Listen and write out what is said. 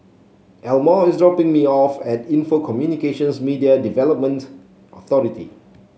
Elmore is dropping me off at Info Communications Media Development Authority